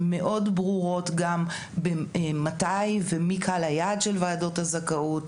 ברורות מאוד גם מתי ומי קהל היעד של ועדות הזכאות,